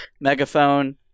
Megaphone